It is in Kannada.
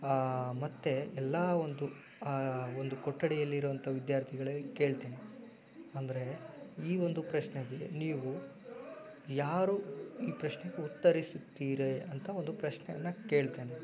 ಮತ್ತೆ ಎಲ್ಲ ಒಂದು ಆ ಒಂದು ಕೊಠಡಿಯಲ್ಲಿರುವಂಥ ವಿದ್ಯಾರ್ಥಿಗಳಿಗೆ ಕೇಳ್ತೇನೆ ಅಂದರೆ ಈ ಒಂದು ಪ್ರಶ್ನೆಗೆ ನೀವು ಯಾರು ಈ ಪ್ರಶ್ನೆಗೆ ಉತ್ತರಿಸುತ್ತೀರೇ ಅಂತ ಒಂದು ಪ್ರಶ್ನೆಯನ್ನು ಕೇಳ್ತೇನೆ